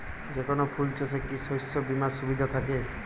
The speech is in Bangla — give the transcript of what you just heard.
যেকোন ফুল চাষে কি শস্য বিমার সুবিধা থাকে?